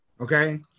Okay